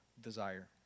desire